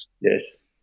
Yes